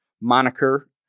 moniker